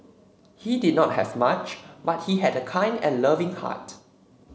he did not have much but he had a kind and loving heart